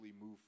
move